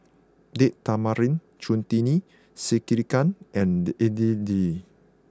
Date Tamarind Chutney Sekihan and Idili